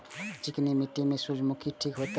चिकनी मिट्टी में सूर्यमुखी ठीक होते?